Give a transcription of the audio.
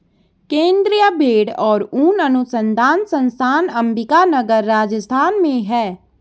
केन्द्रीय भेंड़ और ऊन अनुसंधान संस्थान अम्बिका नगर, राजस्थान में है